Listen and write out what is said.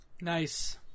Nice